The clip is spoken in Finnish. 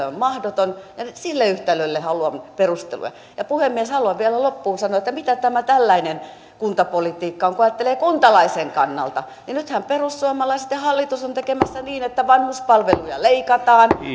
on mahdoton ja sille yhtälölle haluan perusteluja ja puhemies haluan vielä loppuun sanoa että mitä tämä tällainen kuntapolitiikka on kun ajattelee kuntalaisen kannalta nythän perussuomalaiset ja hallitus ovat tekemässä niin että vanhuspalveluja leikataan